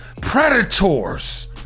predators